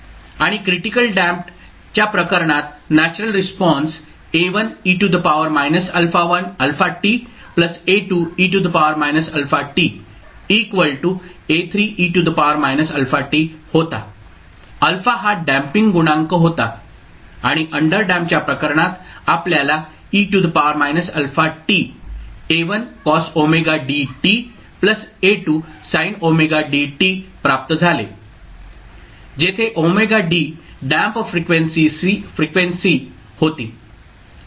आणि critical damped च्या प्रकरणात natural response A1e αt A2e αt A3e αt होता α हा डॅम्पिंग गुणांक होता आणि अंडर डॅम्प्डच्या प्रकरणात आपल्याला e αt A1cosωdt A2sinωdt प्राप्त झाले जेथे ωd डॅम्प्ड फ्रिक्वेन्सी होती